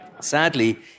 Sadly